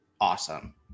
awesome